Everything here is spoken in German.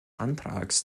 antrags